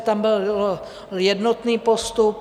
Tam byl jednotný postup.